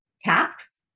tasks